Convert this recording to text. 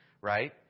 right